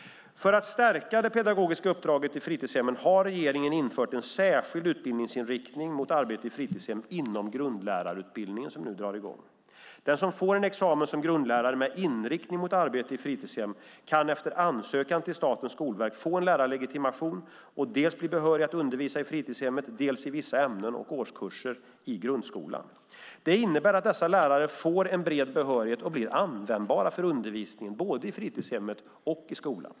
För att stärka det pedagogiska uppdraget i fritidshemmen har regeringen infört en särskild utbildningsinriktning mot arbete i fritidshem inom grundlärarutbildningen som nu drar i gång. Den som får en examen som grundlärare med inriktning mot arbete i fritidshem kan efter ansökan till Statens skolverk få en lärarlegitimation och bli behörig att undervisa dels i fritidshem, dels i vissa ämnen och årskurser i grundskola. Det innebär att dessa lärare får en bred behörighet och blir användbara för undervisningen både i fritidshem och i skola.